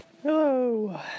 Hello